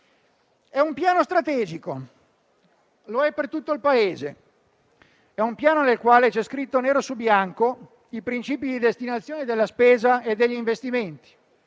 È un Piano strategico per tutto il Paese. È un Piano nel quale sono scritti nero su bianco i principi di destinazione della spesa e degli investimenti,